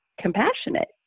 compassionate